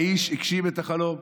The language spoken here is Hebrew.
האיש הגשים את החלום.